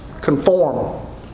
conform